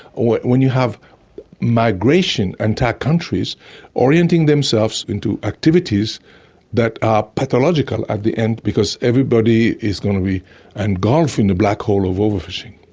when you have migration entire countries orienting themselves into activities that are pathological at the end because everybody is going to be engulfed in the black hole of overfishing.